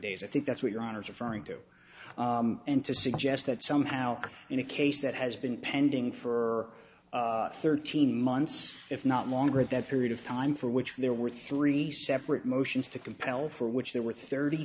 days i think that's what your honour's referring to and to suggest that somehow in a case that has been pending for thirteen months if not longer that period of time for which there were three separate motions to compel for which there were thirty